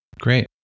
Great